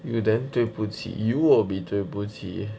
you then 对不起 you'll be 对不起